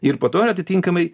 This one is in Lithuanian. ir po to ir atitinkamai